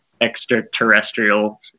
extraterrestrial